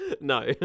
No